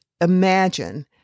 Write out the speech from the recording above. imagine